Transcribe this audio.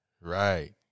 right